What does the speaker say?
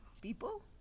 people